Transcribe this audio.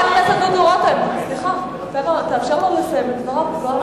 חבר הכנסת דודו רותם, תאפשר לו לסיים את דבריו.